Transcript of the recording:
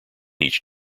each